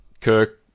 Kirk